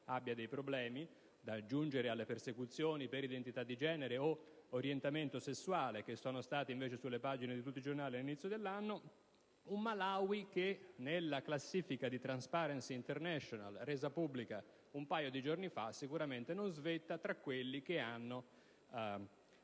dei problemi, da aggiungere alle persecuzioni per identità di genere o orientamento sessuale, che sono stati sulle pagine di tutti i giornali all'inizio dell'anno. Un Malawi che nella classifica di *Transparency International*, resa pubblica un paio di giorni fa, non svetta tra i Paesi con